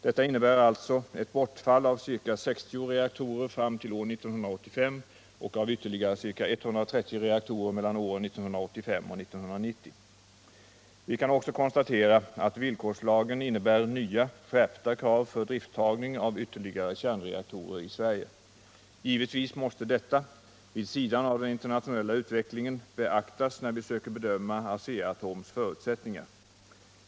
Detta innebär alltså ett bortfall av ca 60 reaktorer fram till år 1985 och av ytterligare ca 130 reaktorer mellan åren 1985 och 1990. Vi kan också konstatera att villkorslagen innebär nya, skärpta krav för idrifttagning av ytterligare kärnreaktorer i Sverige. Givetvis måste detta — vid sidan av den internationella utvecklingen — beaktas när vi söker bedöma Asea-Atoms förutsättningar.